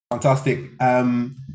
Fantastic